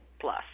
plus